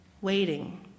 waiting